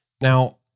Now